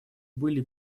были